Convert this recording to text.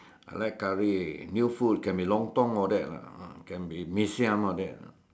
I like curry new food can be lontong all that lah ah can be mee-siam all that ah